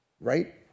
right